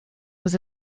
was